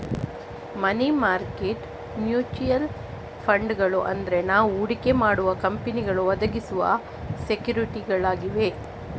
ಮನಿ market mutual ಫಂಡುಗಳು ಅಂದ್ರೆ ನಾವು ಹೂಡಿಕೆ ಮಾಡುವ ಕಂಪನಿಗಳು ಒದಗಿಸುವ ಸೆಕ್ಯೂರಿಟಿಗಳಾಗಿವೆ